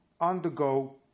undergo